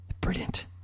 Brilliant